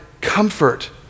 comfort